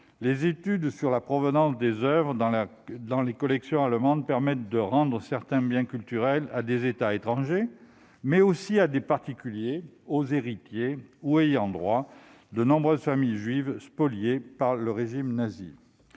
Les études sur la provenance des oeuvres dans les collections allemandes permettent de rendre certains biens culturels à des États étrangers, mais aussi à des particuliers, aux héritiers ou ayants droit des nombreuses familles juives spoliées par le régime nazi.